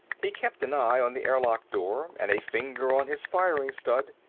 he kept an eye on the airlock door and a finger on his firing stud,